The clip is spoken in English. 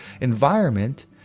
environment